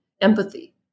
empathy